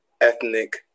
ethnic